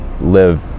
live